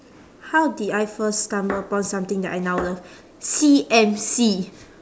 how did I first stumble upon something that I now love C_M_C